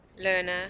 learner